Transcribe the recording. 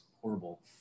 horrible